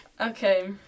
Okay